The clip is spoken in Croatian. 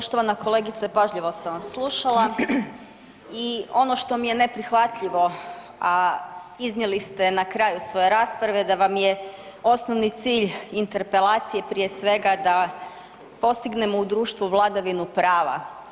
Poštovana kolegice pažljivo sam vas slušala i ono što mi je neprihvatljivo, a iznijeli ste na kraju svoje rasprave da vam je osnovni cilj interpelacije prije svega da postignemo u društvu vladavinu prava.